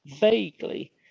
vaguely